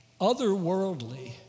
otherworldly